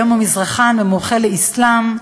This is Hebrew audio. היום הוא מזרחן, מומחה לאסלאם,